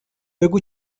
بگو